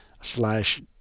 slash